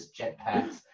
jetpacks